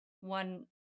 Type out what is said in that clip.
one